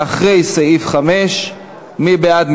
לאחרי סעיף 5. מי בעד?